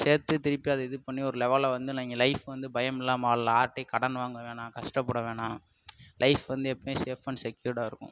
சேர்த்து திருப்பி அது இது பண்ணி ஒரு லெவலில் வந்து நீங்கள் லைஃப் வந்து பயமில்லாமல் வாழலாம் யார்ட்டேயும் கடன் வாங்க வேணாம் கஷ்டப்பட வேணாம் லைஃப் வந்த எப்பயுமே சேஃப் அண்ட் செக்யூர்டாக இருக்கும்